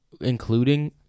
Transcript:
including